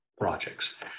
projects